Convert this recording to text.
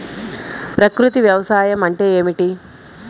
ప్రకృతి వ్యవసాయం అంటే ఏమిటి?